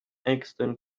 engsten